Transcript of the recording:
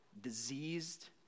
diseased